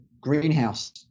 greenhouse